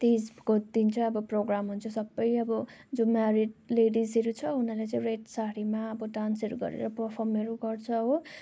तिजको दिन चाहिँ अब प्रोग्राम हुन्छ सब अब जो म्यारिड लेडिजहरू छ उनीहरूले चाहिँ रेड साडीमा अब डान्सहरू गरेर पर्फमहरू गर्छ हो